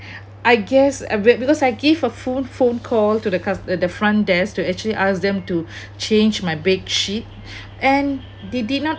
I guess because I give a full phone call to the cus~ the front desk to actually ask them to change my bedsheet and they did not